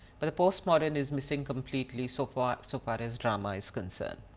but the postmodern is missing completely so far, so far as drama is concerned.